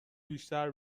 بیشتر